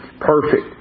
perfect